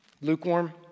Lukewarm